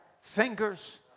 fingers